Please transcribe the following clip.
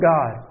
God